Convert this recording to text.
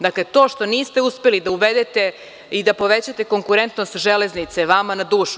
Dakle, to što niste uspeli da uvedete i da povećate konkurentnost Železnice, vama na dušu.